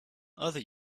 other